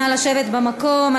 נא לשבת במקום.